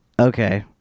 Okay